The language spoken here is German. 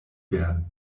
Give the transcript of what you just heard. werden